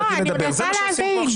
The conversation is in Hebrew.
לא, אני מנסה להבין.